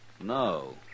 No